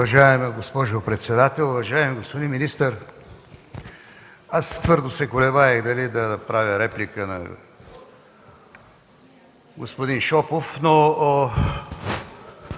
Уважаема госпожо председател, уважаеми господин министър! Дълго се колебаех дали да направя реплика на господин Шопов. Но